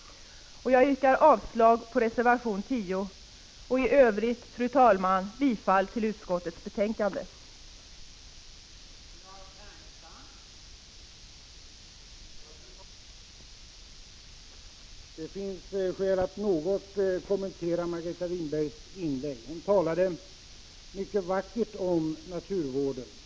Jag yrkar avslag på reservation 10 och i övrigt, fru talman, bifall till utskottets hemställan i betänkandet.